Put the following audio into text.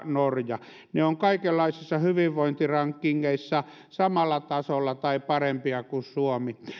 norja ovat kaikenlaisissa hyvinvointirankingeissa samalla tasolla tai parempia kuin suomi